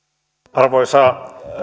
arvoisa